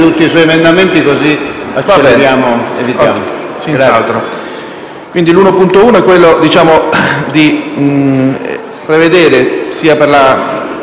Grazie,